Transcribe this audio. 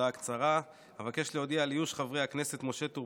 הודעה קצרה: אבקש להודיע על שיבוץ חברי הכנסת משה טור